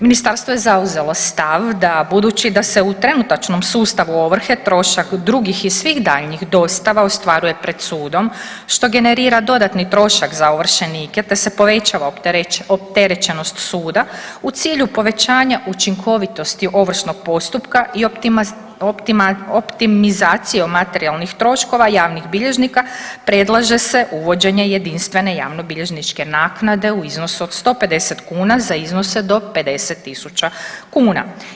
Ministarstvo je zauzelo stav da budući da se u trenutačnom sustavu ovrhe trošak drugih i svih daljnjih dostava ostvaruje pred sudom što generira dodatni trošak za ovršenike te se povećava opterećenost suda u cilju povećanja učinkovitosti ovršnog postupka i optimizacijom materijalnih troškova javnih bilježnika predlaže se uvođenje jedinstvene javnobilježničke naknade u iznosu od 150 kuna za iznose do 50.000 kuna.